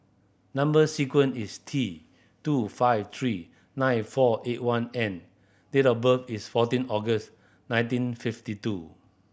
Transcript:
number sequence is T two five three nine four eight one N date of birth is fourteen August nineteen fifty two